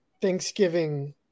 Thanksgiving